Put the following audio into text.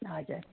हजुर